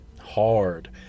hard